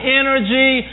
energy